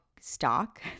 stock